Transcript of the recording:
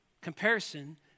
Comparison